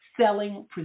selling